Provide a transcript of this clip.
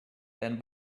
then